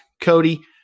Cody